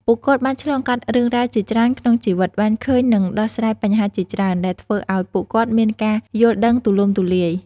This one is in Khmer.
ពួកគាត់បានឆ្លងកាត់រឿងរ៉ាវជាច្រើនក្នុងជីវិត បានឃើញ និងដោះស្រាយបញ្ហាជាច្រើន ដែលធ្វើឲ្យពួកគាត់មានការយល់ដឹងទូលំទូលាយ។